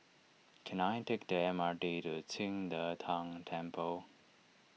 can I take the M R T to Qing De Tang Temple